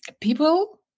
People